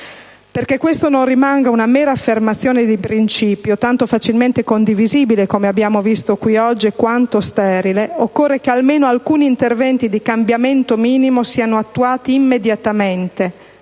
Perché questo non rimanga una mera affermazione di principio tanto facilmente condivisibile, come abbiamo visto qui oggi, quanto sterile, occorre che almeno alcuni interventi di cambiamento minimo siano attuati immediatamente